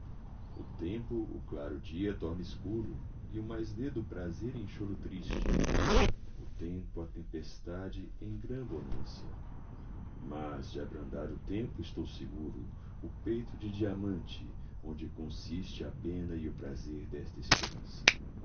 o tempo o claro dia torna escuro e o mais ledo prazer em choro triste o tempo a tempestade em grã bonança mas de abrandar o tempo estou seguro o peito de diamante onde consiste a pena e o prazer desta esperança